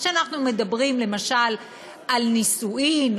כשאנחנו מדברים למשל על נישואים,